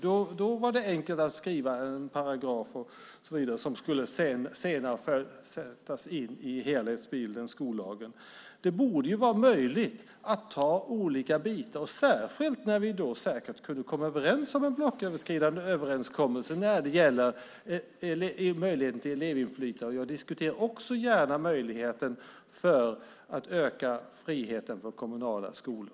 Då var det enkelt att skriva en paragraf och så vidare som senare skulle sättas in i helhetsbilden, i skollagen. Det borde vara möjligt att ta olika bitar, särskilt när vi säkert skulle kunna komma överens om en blocköverskridande överenskommelse när det gäller möjligheten till elevinflytande. Jag diskuterar också gärna möjligheten att öka friheten för kommunala skolor.